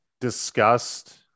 discussed